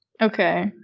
okay